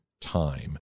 time